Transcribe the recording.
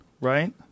Right